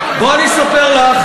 בואי אני אספר לך,